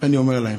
אני אומר להם: